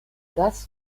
das